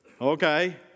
Okay